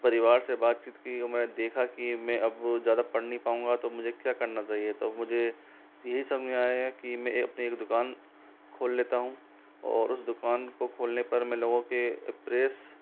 परिवार से बातचीत की और मैंने देखा कि मैं अब बहुत ज़्यादा पढ़ नहीं पाऊँगा तो अब मुझे क्या करना चाहिए तब मुझे यही समझ में आया कि मैं अपनी दुकान खोल लेता हूँ और उस दुकान को खोलने पर में लोगों के प्रेस